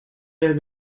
der